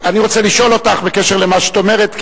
אני רוצה לשאול אותך בקשר למה שאת אומרת,